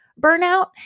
burnout